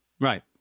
Right